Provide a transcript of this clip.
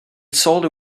sold